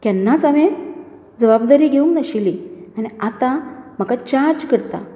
केन्नाच हांवें जबाबदारी घेवंक नाशिल्ली आनी आतां म्हाका इनचार्ज करता